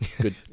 good